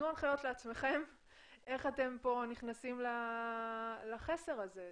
תנו הנחיות לעצמכם איך אתם כאן נכנסים לחסר הזה.